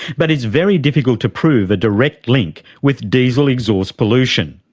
but it's very difficult to prove a direct link with diesel exhaust pollution.